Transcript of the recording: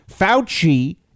Fauci